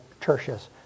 Tertius